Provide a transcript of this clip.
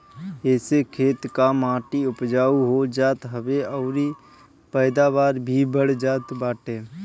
एसे खेत कअ माटी उपजाऊ हो जात हवे अउरी पैदावार भी बढ़ जात बाटे